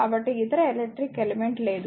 కాబట్టి ఇతర electric element లేదు